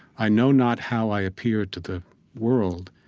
i know not how i appear to the world,